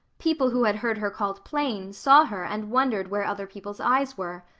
people who had heard her called plain saw her and wondered where other people's eyes were.